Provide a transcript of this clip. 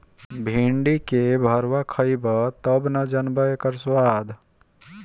भिन्डी एक भरवा खइब तब न जनबअ इकर स्वाद